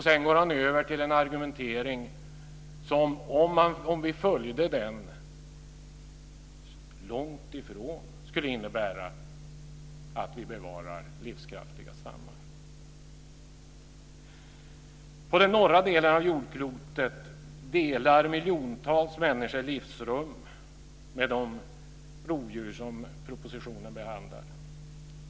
Sedan går han över till en argumentering som om vi följde den långt ifrån skulle innebära att vi bevarar livskraftiga stammar. På den norra delen av jordklotet delar miljontals människor livsrum med de rovdjur som behandlas i propositionen.